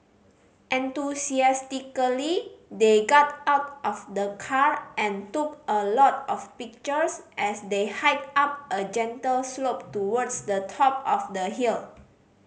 enthusiastically they got out of the car and took a lot of pictures as they hiked up a gentle slope towards the top of the hill